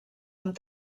amb